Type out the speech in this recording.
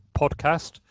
podcast